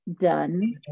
done